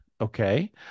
Okay